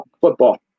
Football